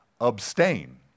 Abstain